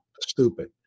stupid